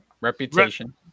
reputation